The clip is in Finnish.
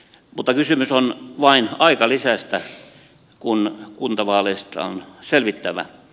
mutta kysymys on vain aikalisästä kun kuntavaaleista on selvittävä